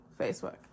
Facebook